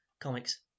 comics